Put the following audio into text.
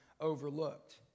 overlooked